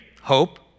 hope